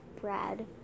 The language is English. Brad